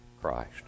Christ